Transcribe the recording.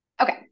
Okay